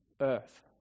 earth